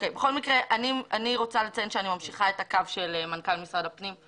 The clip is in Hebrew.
בכל מקרה אני ממשיכה את הקו של מנכ"ל משרד הפנים,